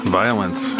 violence